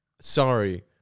Sorry